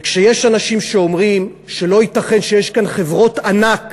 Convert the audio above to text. וכשיש אנשים שאומרים שלא ייתכן שיש כאן חברות ענק,